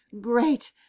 GREAT